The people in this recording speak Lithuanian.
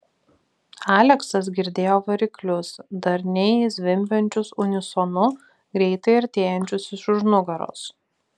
aleksas girdėjo variklius darniai zvimbiančius unisonu greitai artėjančius iš už nugaros